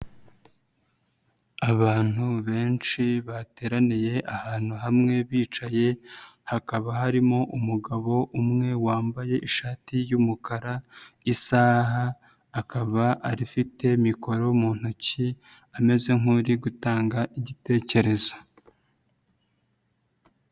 Abantu benshi bateraniye ahantu hamwe bicaye, hakaba harimo umugabo umwe wambaye ishati y'umukara, isaha, akaba arifite mikoro mu ntoki ameze nk'uri gutanga igitekerezo.